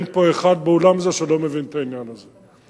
אין פה אחד באולם זה שלא מבין את העניין הזה.